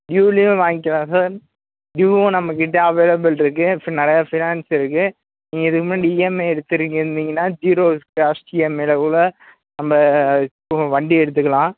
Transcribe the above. டியூலையும் வாங்கிக்கிலாம் சார் டியூவும் நம்மகிட்ட அவைலபிள் இருக்குது ஃபி நிறைய ஃபினான்ஸ் இருக்குது நீங்கள் இதுக்கு முன்னாடி இஎம்ஐ எடுத்துருக்கிந்திங்கனா ஜிரோ காஸ்ட் இஎம்ஐயில் கூட நம்ப ஒ வண்டி எடுத்துக்கலாம்